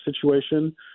situation